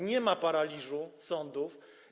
Nie ma paraliżu sądów.